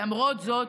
למרות זאת,